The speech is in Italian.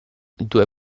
due